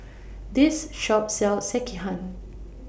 This Shop sells Sekihan